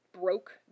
broke